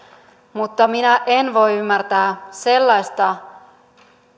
mutta minä en voi ymmärtää sellaista